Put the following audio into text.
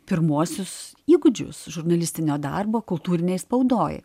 pirmuosius įgūdžius žurnalistinio darbo kultūrinėj spaudoj